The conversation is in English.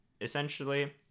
essentially